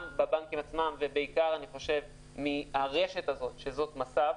גם בבנקים עצמם ובעיקר האנשים ברשת מס"ב